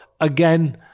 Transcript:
again